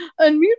unmute